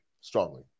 strongly